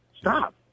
stop